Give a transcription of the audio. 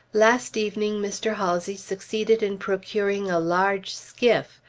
last evening mr. halsey succeeded in procuring a large skiff,